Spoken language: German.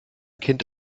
kind